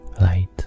light